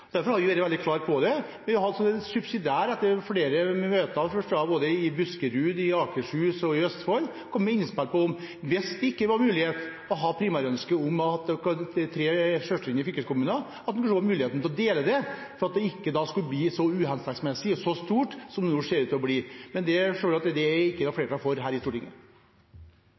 Derfor har vi vært veldig klare på det. Vi har subsidiært – etter flere møter, forstår jeg, både i Buskerud, i Akershus og i Østfold – kommet med innspill på, hvis det ikke var mulighet for å ha primærønsket med tre selvstendige fylkeskommuner, at en kunne se på muligheten for å dele det, så det ikke skulle bli så uhensiktsmessig og så stort som det nå ser ut til å bli. Men det forstår jeg at det ikke er flertall for her i Stortinget.